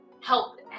help